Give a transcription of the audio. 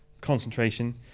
concentration